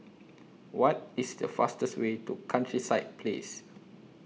What IS The fastest Way to Countryside Place